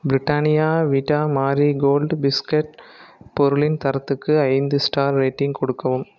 Britannia Vita Marie Gold biscuit பொருளின் தரத்துக்கு ஐந்து ஸ்டார் ரேட்டிங் கொடுக்கவும்